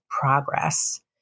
progress